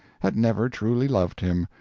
had never truly loved him,